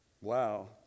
Wow